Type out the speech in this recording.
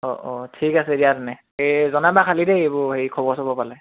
অঁ অঁ ঠিক আছে দিয়া তেনে এই জনাবা খালী দেই এইবোৰ হেৰি খবৰ চবৰ পালে